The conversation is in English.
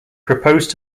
proposed